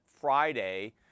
Friday